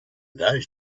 those